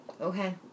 Okay